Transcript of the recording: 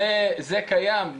זה קיים,